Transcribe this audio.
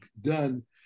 done